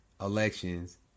elections